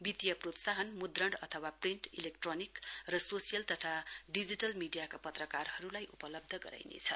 वित्तीय प्रोत्साहन मुद्रण अथात् प्रिन्ट इलेक्ट्रोनिक र सोसियल तथा डिजिटल मीडियाका पत्रकारहरूलाई उपलब्ध गराइनेछ